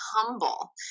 humble